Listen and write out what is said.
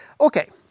Okay